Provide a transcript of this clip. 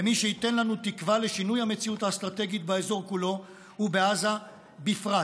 במי שייתן לנו תקווה לשינוי המציאות האסטרטגית באזור כולו ובעזה בפרט.